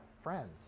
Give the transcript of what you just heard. friends